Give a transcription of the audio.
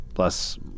plus